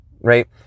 right